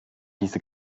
diese